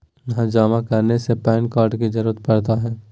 जमा करने में पैन कार्ड की जरूरत पड़ता है?